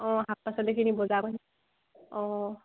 অঁ শাক পাচলিখিনি বজাৰ কৰিম